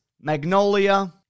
Magnolia